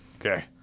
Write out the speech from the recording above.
Okay